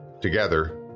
together